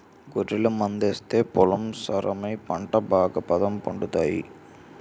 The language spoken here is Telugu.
గొర్రెల మందాస్తే పొలం సారమై పంట బాగాపండుతాది